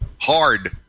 hard